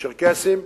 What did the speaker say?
צ'רקסים,